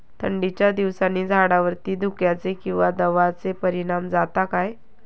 थंडीच्या दिवसानी झाडावरती धुक्याचे किंवा दवाचो परिणाम जाता काय?